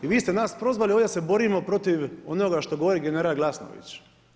I vi ste nas prozvali, ovdje se borimo protiv onoga što govori general Glasnović.